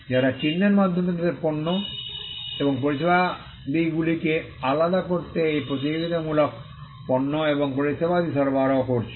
যারা চিহ্নের মাধ্যমে তাদের পণ্য এবং পরিষেবাদিগুলিকে আলাদা করতে এই প্রতিযোগিতামূলক পণ্য এবং পরিষেবাদি সরবরাহ করছে